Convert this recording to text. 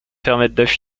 permettent